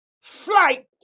flight